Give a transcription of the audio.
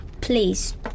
please